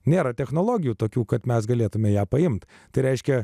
nėra technologijų tokių kad mes galėtumėme ją paimti tai reiškia